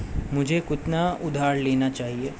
मुझे कितना उधार लेना चाहिए?